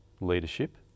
leadership